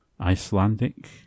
Icelandic